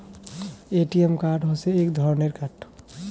ATM card হসে এক ধরণের কার্ড